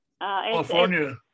California